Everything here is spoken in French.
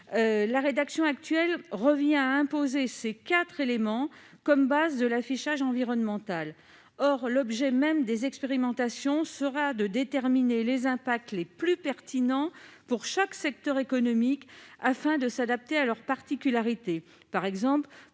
la rédaction actuelle revient à imposer ces trois éléments comme bases de l'affichage environnemental. Or l'objet même des expérimentations sera de déterminer quels sont les impacts les plus pertinents pour chaque secteur économique, afin d'adapter l'affichage à leurs particularités. Par exemple,